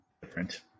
different